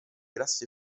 grasse